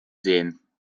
sehen